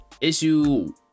issue